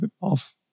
off